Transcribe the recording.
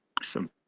Awesome